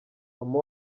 mama